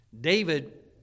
David